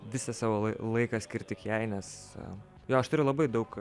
visą savo lai laiką skirt tik jai nes jo aš turiu labai daug